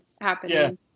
happening